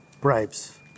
bribes